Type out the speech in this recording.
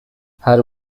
her